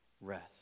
rest